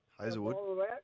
Hazelwood